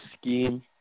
scheme